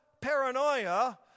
paranoia